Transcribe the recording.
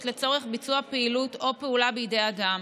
לצורך ביצוע פעילות או פעולה בידי אדם